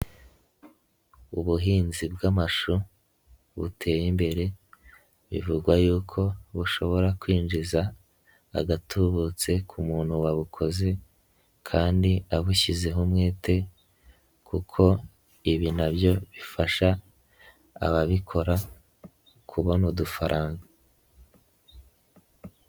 Ubuhinzi bw'amashu buteye imbere, bivugwa yuko bushobora kwinjiza agatubutse, ku muntu wabukoze kandi abushyizeho umwete kuko ibi na byo bifasha ababikora, kubona udufaranga.